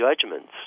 judgments